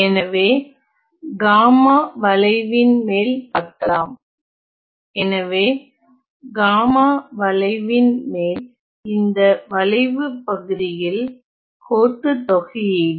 எனவே காமா வளைவின் மேல் பார்க்கலாம் எனவே காமா வளைவின் மேல் இந்த வளைவு பகுதியில் கோட்டுத் தொகையீடு